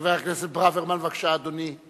חבר הכנסת ברוורמן, בבקשה, אדוני,